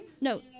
No